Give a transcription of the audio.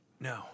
No